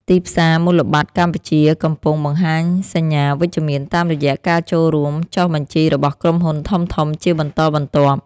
ទីផ្សារមូលបត្រកម្ពុជាកំពុងបង្ហាញសញ្ញាវិជ្ជមានតាមរយៈការចូលរួមចុះបញ្ជីរបស់ក្រុមហ៊ុនធំៗជាបន្តបន្ទាប់។